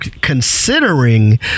considering